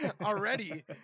already